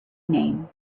name